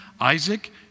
Isaac